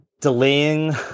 delaying